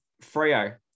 Frio